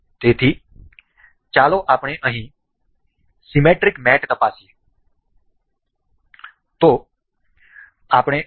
તેથી ચાલો આપણે અહીં સીમેટ્રિક મેટ તપાસીએ